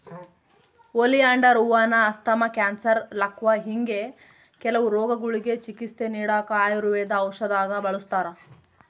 oleander ಹೂವಾನ asthma, cancer, ಲಕ್ವಾ ಹಿಂಗೆ ಕೆಲವು ರೋಗಗುಳ್ಗೆ ಚಿಕಿತ್ಸೆ ನೀಡಾಕ ಆಯುರ್ವೇದ ಔಷದ್ದಾಗ ಬಳುಸ್ತಾರ